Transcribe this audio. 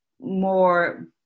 more